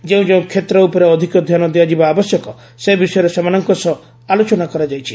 ଯେଉଁ ଯେଉଁ ଷେତ୍ର ଉପରେ ଅଧିକ ଧ୍ୟାନ ଦିଆଯିବା ଆବଶ୍ୟକ ସେ ବିଷୟରେ ସେମାନଙ୍କ ସହ ଆଲୋଚନା କରାଯାଇଛି